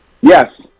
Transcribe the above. Yes